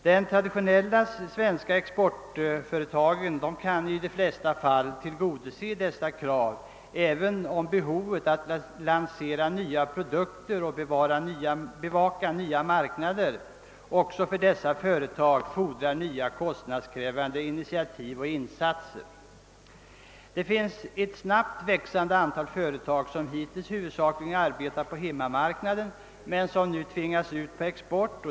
De traditionella svenska exportföretagen kan i de flesta fall tillgodose kraven, även om behovet att lansera nya produkter och att bevaka marknader också för dessa företag fordrar nya kostnadskrävande initiativ och insatser. Det finns ett snabbt växande antal före tag, som hittills huvudsakligen arbetat på hemmamarknaden men som nu tvingas ut på export.